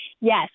Yes